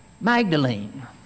Magdalene